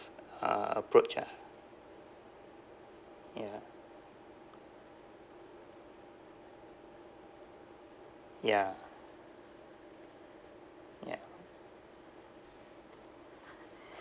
uh approach ah ya ya ya